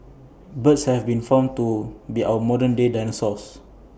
birds have been found to be our modern day dinosaurs